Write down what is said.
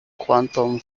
quantum